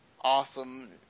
awesome